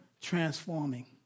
transforming